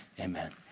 Amen